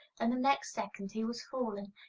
and the next second he was falling,